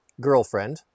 girlfriend